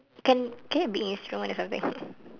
can can it be instrument or something